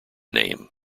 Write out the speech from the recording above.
name